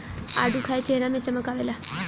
आडू खाए चेहरा में चमक आवेला